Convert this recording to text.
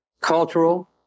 cultural